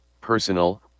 Personal